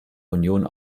union